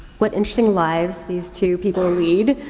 what interesting lives these two people lead.